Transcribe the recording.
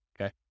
Okay